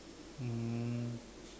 um